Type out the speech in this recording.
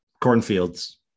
cornfields